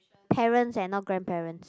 parents and not grandparents